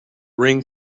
ring